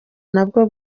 nabwo